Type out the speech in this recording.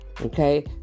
Okay